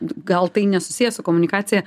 gal tai nesusiję su komunikacija